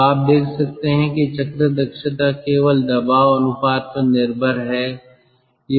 तो आप देख सकते हैं कि चक्र दक्षता केवल दबाव अनुपात पर निर्भर है